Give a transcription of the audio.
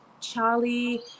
Charlie